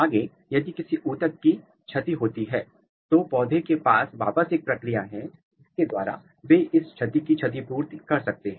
आगे यदि किसी उत्तक की छाती होती है तो पौधे के पास वापस एक प्रक्रिया है जिसके द्वारा बे इस क्षति की क्षतिपूर्ति कर सकते हैं